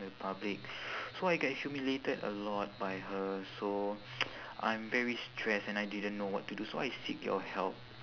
in the public so I get humiliated a lot by her so I'm very stressed and I didn't know what to do so I seek your help